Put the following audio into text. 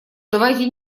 давайте